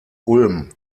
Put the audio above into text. ulm